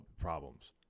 problems